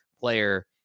player